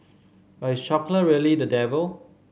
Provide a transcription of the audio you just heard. but is chocolate really the devil